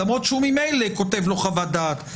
למרות שהוא ממילא כותב לו חוות דעת.